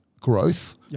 growth